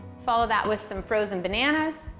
follow that with some frozen bananas,